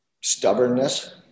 Stubbornness